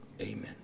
Amen